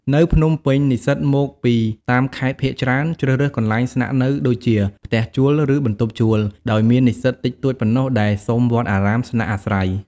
នៅភ្នំពេញ និស្សិតមកពីតាមខេត្តភាគច្រើនជ្រើសរើសកន្លែងស្នាក់នៅដូចជា ផ្ទះជួល ឬបន្ទប់ជួល ដោយមាននិស្សិតតិចតួចប៉ុណ្ណោះដែលសុំវត្តអារាមស្នាក់អាស្រ័យ។